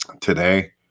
today